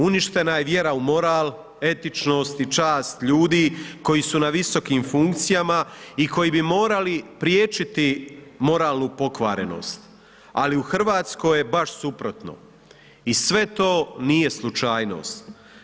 Uništena je vjera u moral, etičnost i čast ljudi koji su na visokim funkcijama i koji bi morali priječiti moralnu pokvarenost ali u Hrvatskoj je baš suprotno i sve to nije slučajnost.